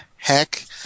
heck